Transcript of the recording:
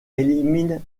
élimine